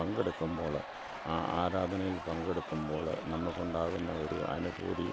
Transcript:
പങ്കെടുക്കുമ്പോൾ ആ ആരാധനയിൽ പങ്കെടുക്കുമ്പോൾ നമുക്കുണ്ടാകുന്ന ഒരു അനുഭൂതി